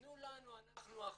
תנו לנו, אנחנו החולים,